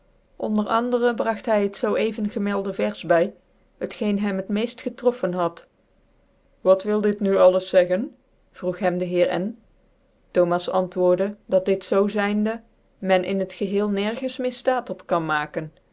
onder andere bragt hy het zoo cvcrgemcldc vers by vgcen hem het meci getroffen had wat wil dit nu alles zegden vroeg hem de heer n thomas antwoordt dat dit zoo zyndc men in liet geheel nergens meer ftaat op kan maken